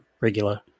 regular